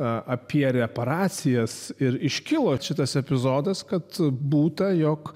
apie reparacijas ir iškilo šitas epizodas kad būta jog